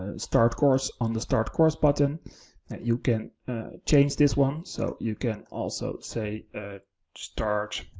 ah start course on the start course button that you can change this one. so you can also say ah start